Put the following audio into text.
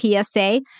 PSA